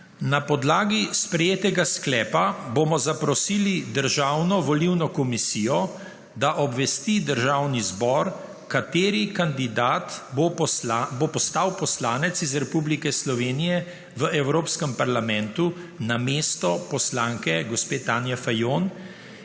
Na podlagi sprejetega sklepa bomo zaprosili Državno volilno komisijo, da obvesti Državni zbor, kateri kandidat bo postal poslanec iz Republike Slovenije v Evropskem parlamentu namesto poslanke gospe Tanje Fajon,